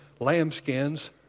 Lambskins